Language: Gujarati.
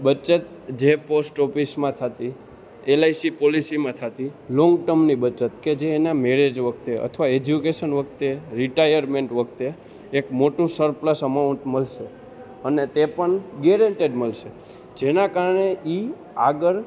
બચત જે પોસ્ટ ઓફિસમાં થતી એલઆઈસી પોલિસીમાં થતી લોંગ ટર્મની બચત કે જે એના મેરેજ વખતે અથવા એજ્યુકેશન વખતે રિટાયરમેન્ટ વખતે એક મોટું સરપ્લસ અમાઉન્ટ મળશે અને તે પણ ગેરેંટેડ મળશે જેના કારણે એ આગળ